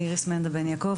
אני איריס בן יעקב,